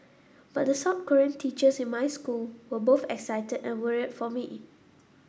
but the South Korean teachers in my school were both excited and worried for me